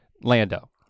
Lando